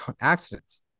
accidents